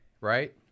right